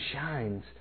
shines